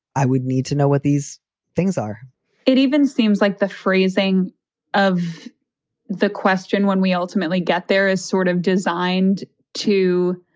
i would need to know what these things are it even seems like the phrasing of the question when we ultimately get there is sort of designed to.